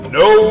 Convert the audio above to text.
no